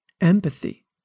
empathy